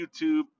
YouTube